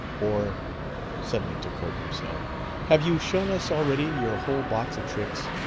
or suddenly to cope himself have you shown us already your whole box of tricks?